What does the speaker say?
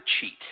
cheat